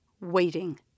waiting